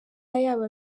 yaba